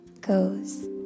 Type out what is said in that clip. goes